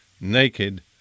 naked